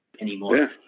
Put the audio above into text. anymore